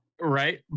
right